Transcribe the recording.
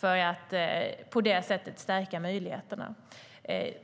för att på det sättet stärka möjligheterna.